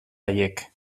haiek